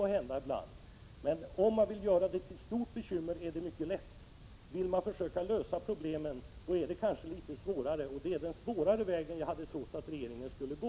Men om man vill göra det till ett stort bekymmer är det mycket lätt. Vill man försöka lösa problemet är det kanske litet svårare. Det var den svårare vägen jag hade trott att regeringen skulle gå.